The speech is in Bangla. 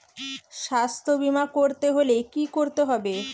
স্বাস্থ্যবীমা করতে হলে কি করতে হবে?